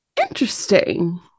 interesting